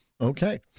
Okay